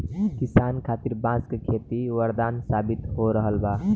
किसान खातिर बांस के खेती वरदान साबित हो रहल बा